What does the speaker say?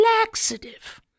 laxative